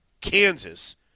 Kansas